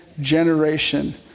generation